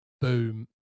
boom